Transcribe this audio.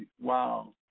wow